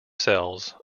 sells